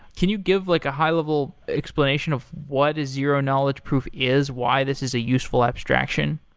can you give like a high level explanation of what is zero-knowledge proof is, why this is a useful abstraction?